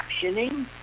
captioning